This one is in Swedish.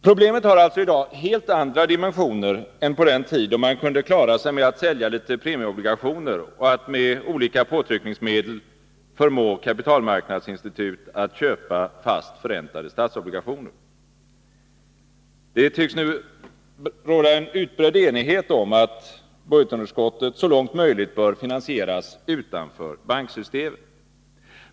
Problemet har alltså i dag helt andra dimensioner än på den tid då man kunde klara sig med att sälja litet premieobligationer och med olika påtryckningsmedel förmå kapitalmarknadsinstitut att köpa fast förräntade statsobligationer. Det tycks nu råda en utbredd enighet om att budgetunderskottet så långt möjligt bör finansieras utanför banksystemet.